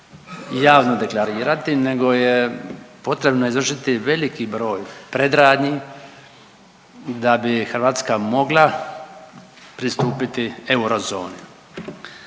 javno deklarirati nego je potrebno izvršiti veliki broj predradnji da bi Hrvatska mogla pristupiti eurozoni.